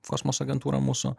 kosmoso agentūra mūsų